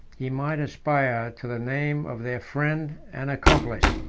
he might aspire to the name of their friend and accomplice.